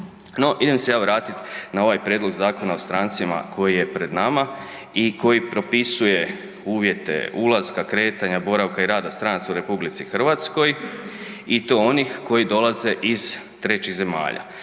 No idem se ja vratit na ovaj prijedlog Zakona o strancima koji je pred nama i koji propisuje uvjete ulaska, kretanja, boravka i rada stranaca u RH i to onih koji dolaze iz trećih zemalja.